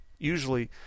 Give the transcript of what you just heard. usually